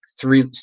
three